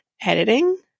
editing